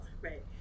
right